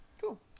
Cool